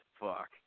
fuck